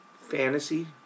fantasy